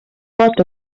pot